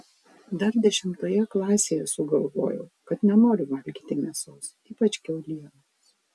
dar dešimtoje klasėje sugalvojau kad nenoriu valgyti mėsos ypač kiaulienos